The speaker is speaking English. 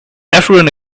everyone